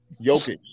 Jokic